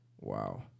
wow